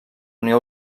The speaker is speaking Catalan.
unió